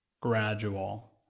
gradual